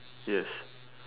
yes